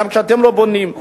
גם כשאתם לא בונים.